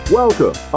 welcome